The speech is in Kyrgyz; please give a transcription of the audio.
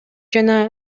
жана